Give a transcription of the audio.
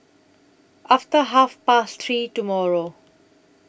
after Half Past three tomorrow